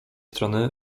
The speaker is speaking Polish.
strony